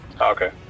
okay